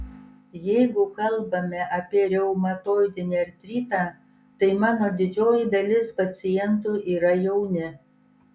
jeigu kalbame apie reumatoidinį artritą tai mano didžioji dalis pacientų yra jauni